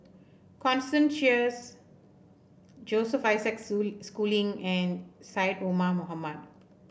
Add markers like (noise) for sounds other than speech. Constance Sheares Joseph Isaac (unintelligible) Schooling and Syed Omar Mohamed